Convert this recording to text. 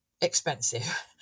expensive